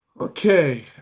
Okay